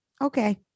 okay